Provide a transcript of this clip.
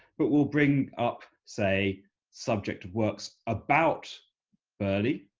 but will bring up say subject works about burghley,